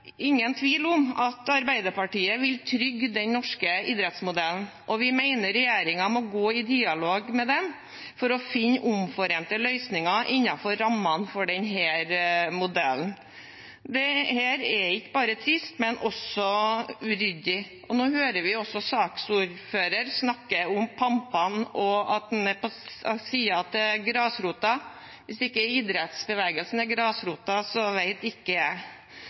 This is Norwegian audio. tvil om at Arbeiderpartiet vil trygge den norske idrettsmodellen, og vi mener regjeringen må gå i dialog med idretten for å finne omforente løsninger innenfor rammene av denne modellen. Dette er ikke bare trist, men også uryddig. Og nå hører vi også saksordføreren snakke om pampene, og at en er på grasrotas side. Hvis ikke idrettsbevegelsen er grasrota, så vet ikke jeg!